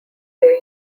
their